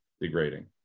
degrading